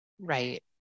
Right